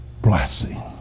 blessing